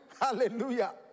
Hallelujah